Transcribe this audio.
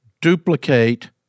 Duplicate